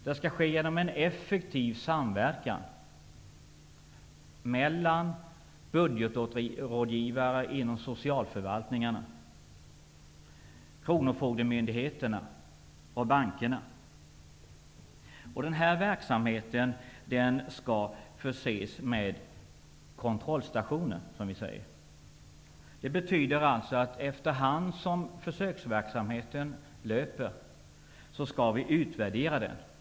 Det skall ske genom en effektiv samverkan mellan budgetrådgivare inom socialförvaltningarna, kronofogdemyndigheterna och bankerna. Den verksamheten skall förses med vad vi kallar kontrollstationer. Det betyder att vi efter hand som försöksverksamheten löper skall utvärdera den.